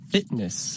Fitness